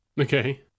Okay